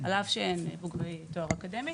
על אף שהם בוגרי תואר אקדמי.